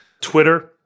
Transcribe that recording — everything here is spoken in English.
Twitter